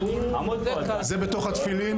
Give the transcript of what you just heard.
זה בתוך התפילין.